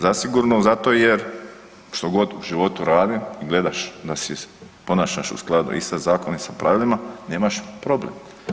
Zasigurno zato jer što god u životu radim i gledaš da se ponašaš u skladu i sa zakonima i sa pravilima, nemaš problem.